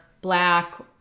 black